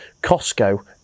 costco